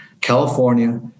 california